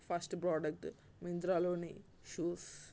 first product మిత్రాలోని shoes